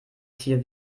tier